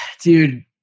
Dude